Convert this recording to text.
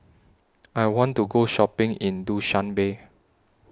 I want to Go Shopping in Dushanbe